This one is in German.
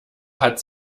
hat